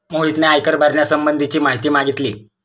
मोहितने आयकर भरण्यासंबंधीची माहिती मागितली